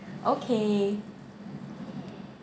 okay